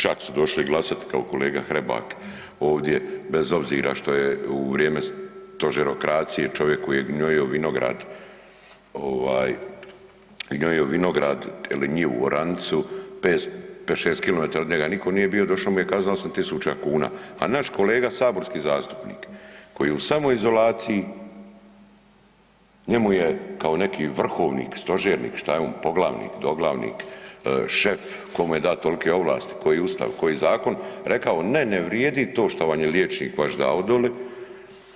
Čak su došli glasati kao kolega Hrebak ovdje, bez obzira što je u vrijeme stožerokracije, čovjek koji je gnojio vinograd, gnojilo vinograd ili njivu, oranicu, 5, 6 km od njega nitko nije bio, došla mu je kazna 8 tisuća kuna, a naš kolega, saborski zastupnik, koji je u samoizolaciji, njemu je kao neki vrhovnik, stožernik, što je on, poglavnik, doglavnik, šef, tko mu je dao tolike ovlasti, koji Ustav, koji zakon, rekao, ne, ne vrijedi to što vam je liječnik vaš dao doli,